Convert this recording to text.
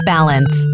Balance